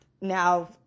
now